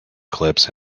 clips